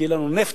כי אין לנו נפט,